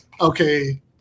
okay